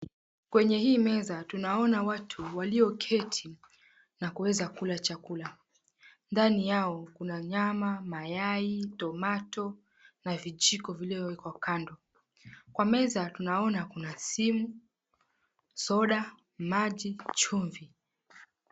Kwenye hi meza tunaona watu walioketi nakuweza kula chakula, ndani yao kuna nyama, mayai, tomato na vijiko viliowekwa kando. Kwa meza tunaona kuna simu, soda, maji na chumvi.